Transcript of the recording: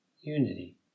unity